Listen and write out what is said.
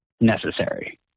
necessary